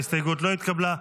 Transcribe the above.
ההסתייגות לא התקבלה.